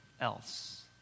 else